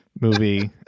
movie